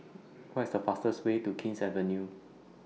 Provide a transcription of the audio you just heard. What IS The fastest Way to King's Avenue